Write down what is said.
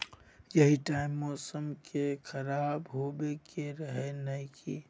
यही टाइम मौसम के खराब होबे के रहे नय की?